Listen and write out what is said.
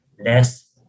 less